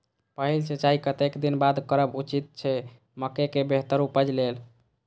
पहिल सिंचाई कतेक दिन बाद करब उचित छे मके के बेहतर उपज लेल?